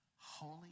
holy